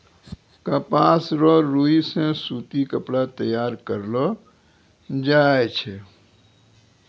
कपास रो रुई से सूती कपड़ा तैयार करलो जाय छै